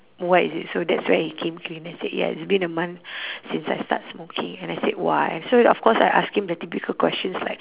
what is it so that's where he came clean he said yeah it's been a month since I start smoking and I said why so of course I ask him the typical questions like